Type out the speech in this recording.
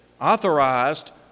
authorized